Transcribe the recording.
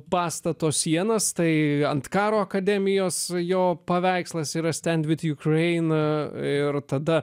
pastato sienas tai ant karo akademijos jo paveikslas yra stend vit jukrein ir tada